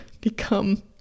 become